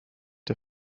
der